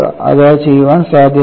അത് ചെയ്യാൻ സാധ്യമാണ്